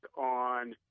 on